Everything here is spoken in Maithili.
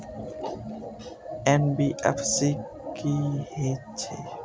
एन.बी.एफ.सी की हे छे?